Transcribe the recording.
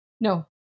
No